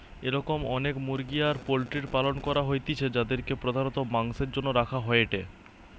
এরম অনেক মুরগি আর পোল্ট্রির পালন করা হইতিছে যাদিরকে প্রধানত মাংসের জন্য রাখা হয়েটে